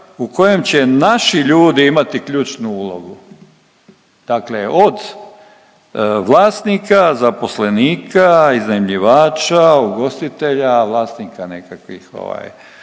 u kojem će naši ljudi imati ključnu ulogu, dakle od vlasnika, zaposlenika, iznajmljivača, ugostitelja, vlasnika nekakvih